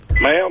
Ma'am